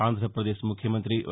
ఆంధ్రపదేశ్ ముఖ్యమంత్రి వై